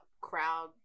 crowd